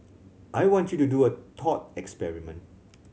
I want you to do a thought experiment